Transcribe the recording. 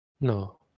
No